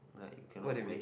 like cannot wait